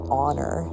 honor